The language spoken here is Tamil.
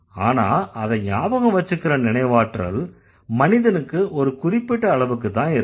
ஆனா அதை ஞாபகம் வெச்சுக்கற நினைவாற்றல் மனிதனுக்கு ஒரு குறிப்பிட்ட அளவுக்குத்தான் இருக்கு